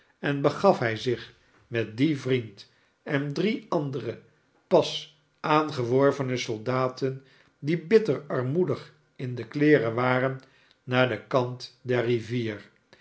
en begaf hij zich met dien vriend en drie andere pas aangeworvene soldaten die bitter armoedig in de kleeren waren naar den kant der rivier